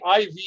IV